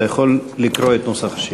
אתה יכול לקרוא את נוסח השאילתה.